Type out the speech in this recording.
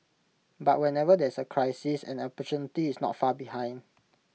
but whenever there is the crisis an opportunity is not far behind